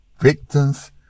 victim's